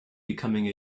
becoming